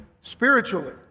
spiritually